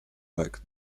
like